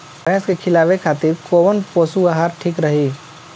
भैंस के खिलावे खातिर कोवन पशु आहार ठीक रही?